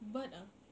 but ah